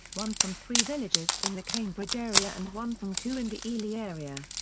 one from three villages in the cambridge area and one from two in the ely area.